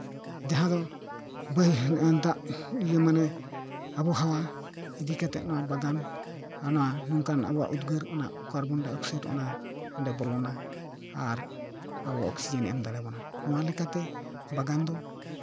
ᱡᱟᱦᱟᱸ ᱫᱚ ᱵᱟᱹᱭᱦᱟᱹᱲ ᱫᱟᱜ ᱤᱭᱟᱹ ᱢᱟᱱᱮ ᱟᱵᱚ ᱦᱟᱣᱟ ᱤᱫᱤ ᱠᱟᱛᱮᱜ ᱱᱚᱣᱟ ᱵᱟᱜᱟᱱ ᱦᱟᱱᱟ ᱱᱚᱝᱠᱟᱱ ᱟᱵᱚᱣᱟᱜ ᱩᱫᱽᱜᱟᱹᱨ ᱠᱟᱨᱚᱵᱚᱱᱰᱟᱭ ᱚᱠᱥᱟᱭᱤᱰ ᱚᱱᱟ ᱚᱸᱰᱮ ᱵᱚᱞᱚᱱᱟ ᱟᱨ ᱟᱵᱚ ᱚᱠᱥᱤᱡᱮᱱ ᱮᱢ ᱫᱟᱲᱮ ᱵᱚᱱᱟ ᱱᱚᱣᱟ ᱞᱮᱠᱟᱛᱮ ᱵᱟᱜᱟᱱ ᱫᱚ